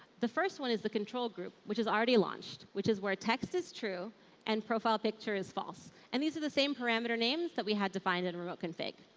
the first one is the control group, which has already launched, which is where a text is true and profile picture is false. and these are the same parameter names that we had defined in a remote config.